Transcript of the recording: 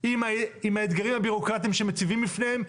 עם האתגרים הביורוקרטים שמציבים בפניהם,